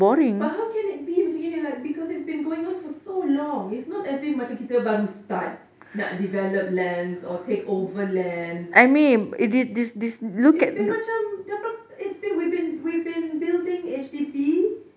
but how can it be macam gini like because it has been going on for so long it's not as if macam kita baru start nak develop lands or takeover lands it's been macam we've been we've been building H_D_B